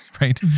right